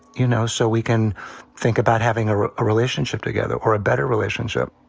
you know, so we can think about having a relationship together or a better relationship